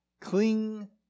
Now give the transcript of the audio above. cling